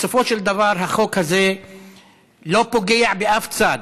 בסופו של דבר החוק הזה לא פוגע באף צד,